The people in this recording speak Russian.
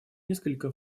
несколько